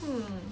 hmm